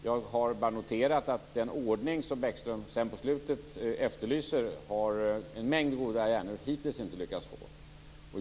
Jag har bara noterat att den ordning som Bäckström på slutet efterlyser har en mängd goda hjärnor hittills inte lyckats få.